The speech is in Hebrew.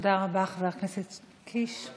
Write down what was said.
תודה רבה, חבר הכנסת קיש.